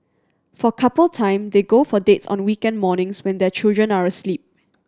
for couple time they go for dates on weekend mornings when their children are asleep